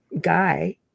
guy